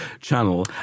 channel